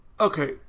Okay